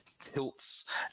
tilts